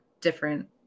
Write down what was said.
different